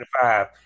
five